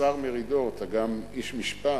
השר מרידור, אתה גם איש משפט,